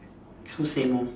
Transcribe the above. so same lor